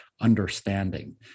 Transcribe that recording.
understanding